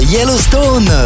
Yellowstone